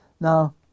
Now